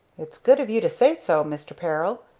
it's good of you to say so, mr. peril,